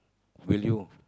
will you